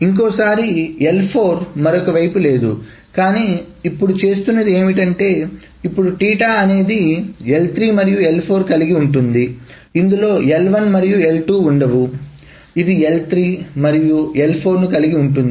ఇంకొకసారిL4 మరొక వైపు లేదు కానీ ఇప్పుడు చేస్తున్నదిఏమిటంటే ఇప్పుడు అనేది L3 మరియు L4 కలిగి ఉంటుంది ఇందులో L1 మరియు L2ఉండవు ఇది L3 మరియు L4 ని కలిగి ఉంటుంది